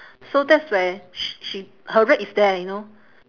so that's where sh~ she her rate is there you know